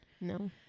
No